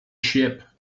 ship